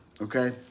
Okay